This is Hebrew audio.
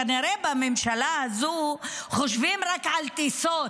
כנראה בממשלה הזו חושבים רק על טיסות,